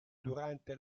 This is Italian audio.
durante